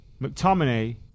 McTominay